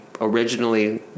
originally